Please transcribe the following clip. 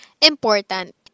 important